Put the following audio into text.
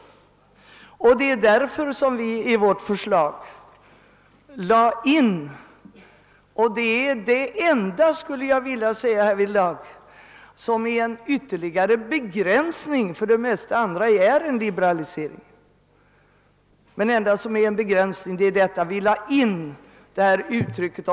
Det är därför som vi i vårt förslag lade in uttrycket förråande skildringar. Jag skulle vilja säga att det är det enda som är en begränsning, ty våra andra förslag innebär liberaliseringar.